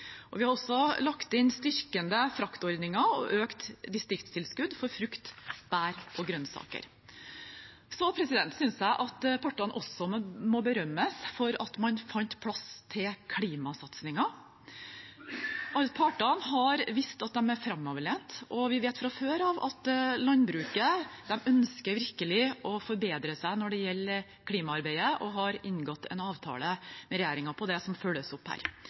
Vi har også lagt inn styrkende fraktordninger og økt distriktstilskudd for frukt, bær og grønnsaker. Så synes jeg at partene også må berømmes for at man fant plass til klimasatsinger. Alle parter har vist at de er framoverlent. Vi vet fra før av at landbruket virkelig ønsker å forbedre seg når det gjelder klimaarbeidet, og har inngått en avtale med regjeringen om det, som følges opp her.